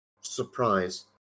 surprise